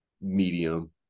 medium